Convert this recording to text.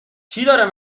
داره